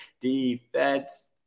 Defense